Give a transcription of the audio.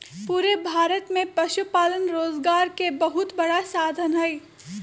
पूरे भारत में पशुपालन रोजगार के बहुत बड़ा साधन हई